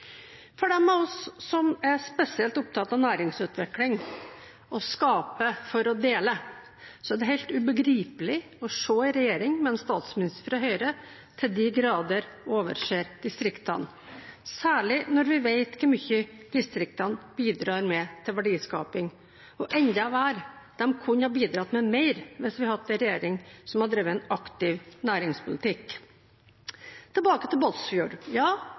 For dem av oss som er spesielt opptatt av næringsutvikling, å skape for å dele, er det helt ubegripelig å se at en regjering, med en statsminister fra Høyre, til de grader overser distriktene, særlig når vi vet hvor mye distriktene bidrar med til verdiskaping, og – enda verre – de kunne ha bidratt med mer hvis vi hadde hatt en regjering som hadde drevet en aktiv næringspolitikk. Tilbake til Båtsfjord. Ja,